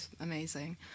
amazing